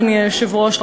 אדוני היושב-ראש,